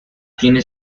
tiene